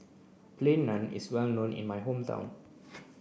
plain naan is well known in my hometown